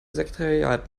sekretariat